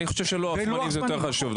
אני חושב שלוח זמנים זה יותר חשוב,